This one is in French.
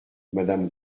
madame